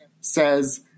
says